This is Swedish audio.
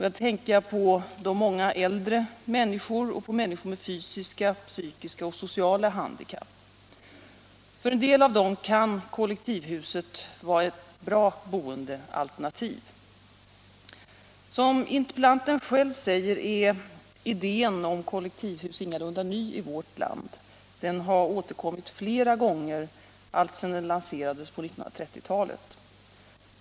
Jag tänker på många äldre människor och på människor med fysiska, psykiska och sociala handikapp. För en del av dem kan kollektivhuset vara ett bra boendealternativ. Som interpellanten själv säger är idén om kollektivhus ingalunda ny i vårt land. Den har återkommit flera gånger alltsedan den lanserades på 1930-talet.